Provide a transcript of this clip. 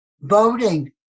voting